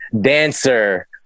dancer